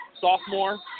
sophomore